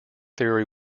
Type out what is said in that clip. theory